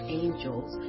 angels